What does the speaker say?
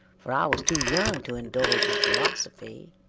for i was too young to indulge in philosophy,